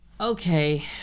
Okay